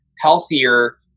healthier